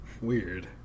Weird